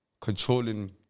controlling